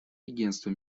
агентство